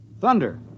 Thunder